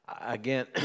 Again